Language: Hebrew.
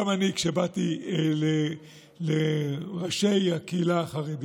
גם אני, כשבאתי לראשי הקהילה החרדית,